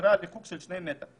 ולשמירה על ריחוק של 2 מטר.